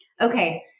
Okay